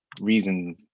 reason